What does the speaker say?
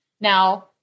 Now